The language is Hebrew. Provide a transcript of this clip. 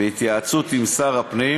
בהתייעצות עם שר הפנים